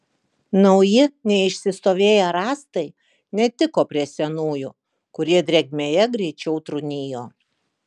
nauji neišsistovėję rąstai netiko prie senųjų kurie drėgmėje greičiau trūnijo